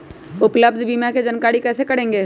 उपलब्ध बीमा के जानकारी कैसे करेगे?